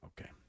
Okay